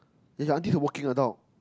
if your auntie is a working adult